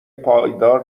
پایدار